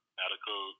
medical